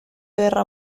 guerra